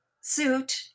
suit